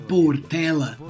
Portela